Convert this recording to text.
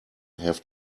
have